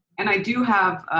and i do have